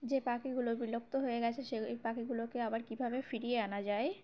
যে পাখিগুলো বিলুপ্ত হয়ে গিয়েছে সেই পাখিগুলোকে আবার কীভাবে ফিরিয়ে আনা যায়